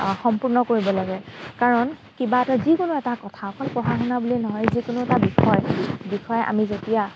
সম্পূৰ্ণ কৰিব লাগে কাৰণ কিবা এটা যিকোনো এটা কথা অকল পঢ়া শুনা বুলিয়েই নহয় যিকোনো এটা বিষয় বিষয় আমি যেতিয়া